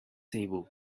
table